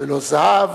ולא זהב